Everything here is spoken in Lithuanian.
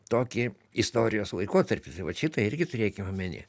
tokį istorijos laikotarpį tai vat šitą irgi turėkim omeny